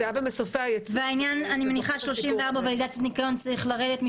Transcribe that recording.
אני מניחה שסעיף 34, ולידציית ניקיון, צריך לרדת.